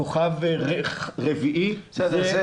כוכב רביעי זה --- בסדר,